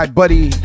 buddy